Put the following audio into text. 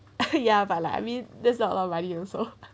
ya but like I mean that's a lot of money also